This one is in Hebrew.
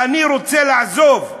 אני רוצה לעזוב.